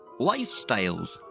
lifestyles